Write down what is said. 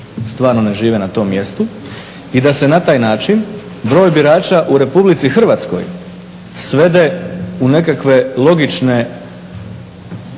stvarno ne žive na tom mjestu i da se na taj način broj birača u RH svede u nekakve logične